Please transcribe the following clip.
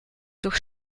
durch